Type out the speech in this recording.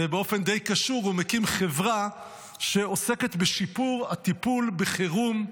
ובאופן די קשור הוא מקים חברה שעוסקת בשיפור הטיפול בחירום,